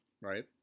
right